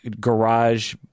garage